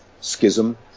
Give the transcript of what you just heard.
schism